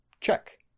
Check